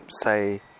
say